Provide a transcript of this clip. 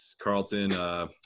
Carlton